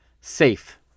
safe